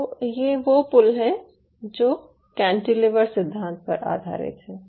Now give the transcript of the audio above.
तो ये वे पुल हैं जो कैंटिलीवर सिद्धांत पर आधारित हैं